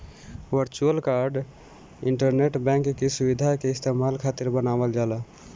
virtual card internet bank के सुविधा के इस्तेमाल खातिर बनावल जाला